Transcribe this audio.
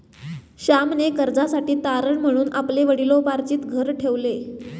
श्यामने कर्जासाठी तारण म्हणून आपले वडिलोपार्जित घर ठेवले